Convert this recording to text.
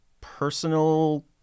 personal